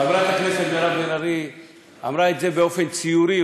חברת הכנסת מירב בן ארי אמרה את זה באופן ציורי,